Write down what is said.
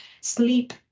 Sleep